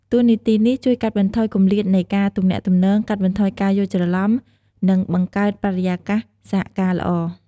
តួនាទីនេះជួយកាត់បន្ថយគម្លាតនៃការទំនាក់ទំនង កាត់បន្ថយការយល់ច្រឡំ និងបង្កើតបរិយាកាសសហការល្អ។